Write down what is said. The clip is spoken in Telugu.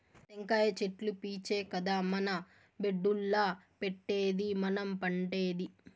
టెంకాయ చెట్లు పీచే కదా మన బెడ్డుల్ల పెట్టేది మనం పండేది